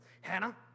Hannah